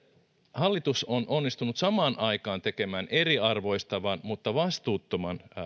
hallitus on onnistunut samaan aikaan tekemään eriarvoistavan mutta vastuuttoman